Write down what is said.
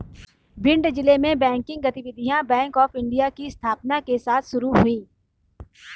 भिंड जिले में बैंकिंग गतिविधियां बैंक ऑफ़ इंडिया की स्थापना के साथ शुरू हुई